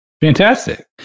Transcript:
Fantastic